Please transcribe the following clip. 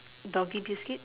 doggy biscuit